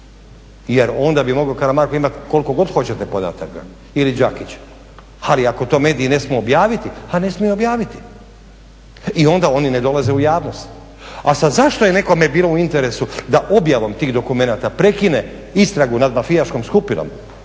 jer onda bi mogao Karamarko imati koliko god hoćete podataka ili Đakić, ali ako to mediji ne smiju objaviti, a ne smiju objaviti. I onda oni ne dolaze u javnost. A sad zašto je nekome bilo u interesu da objavom tih dokumenata prekine istragu nad mafijaškom skupinom,